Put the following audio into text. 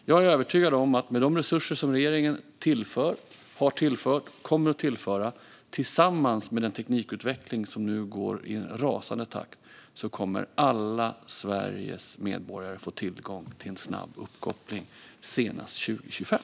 Jag är övertygad om att med de resurser som regeringen tillför, har tillfört och kommer att tillföra, tillsammans med den teknikutveckling som nu går i en rasande takt, kommer alla Sveriges medborgare att få tillgång till en snabb uppkoppling senast 2025.